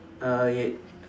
uh y~